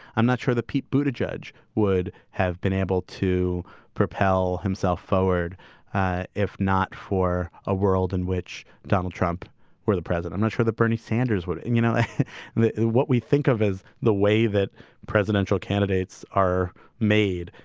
i'm not sure the pete bhuta judge would have been able to propel himself forward if not for a world in which donald trump or the president. i'm not sure that bernie sanders would. and you know what we think of as the way that presidential candidates are made.